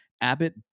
Abbott